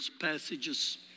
passages